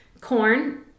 Corn